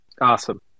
Awesome